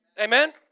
Amen